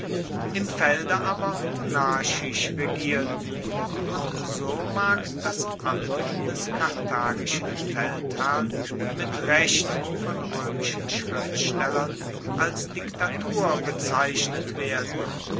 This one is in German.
im felde aber monarchisch regierten und so mag das amt des karthagischen feldherrn mit recht von roemischen schriftstellern als diktatur bezeichnet werden